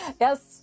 Yes